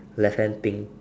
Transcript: left hand pink